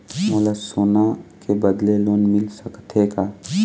मोला सोना के बदले लोन मिल सकथे का?